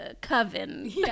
coven